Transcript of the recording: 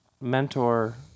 mentor